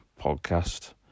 podcast